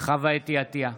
חוה אתי עטייה,